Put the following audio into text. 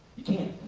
you can't.